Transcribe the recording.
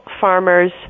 farmers